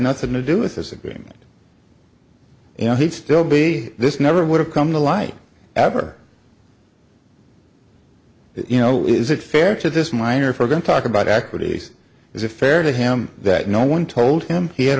nothing to do with this agreement and he'd still be this never would have come to light after that you know is it fair to this minor for going talk about activities is it fair to him that no one told him he had